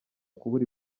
kubura